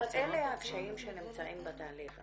אבל אלה הקשיים שנמצאים בתהליך.